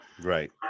Right